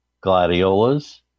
gladiolas